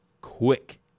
Quick